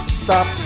stop